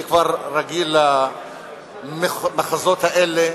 אני כבר רגיל למחזות האלה,